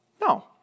No